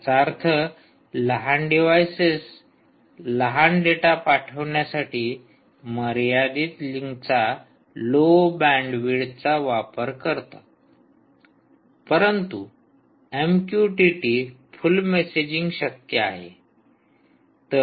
याचा अर्थ लहान डिव्हाइसेस लहान डेटा पाठवण्यासाठी मर्यादित लिंकचा लो बँड विथचा वापर करतात परंतु एमक्यूटीटी फुल मेसेजिंग शक्य आहे